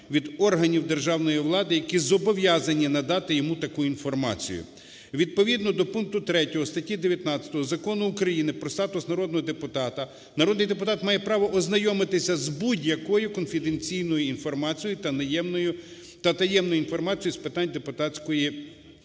Відповідно до пункту 3 статті 19 Закону України "Про статус народного депутата" народний депутат має право ознайомитись з будь-якою конфіденційною інформацією та таємною інформацією з питань депутатської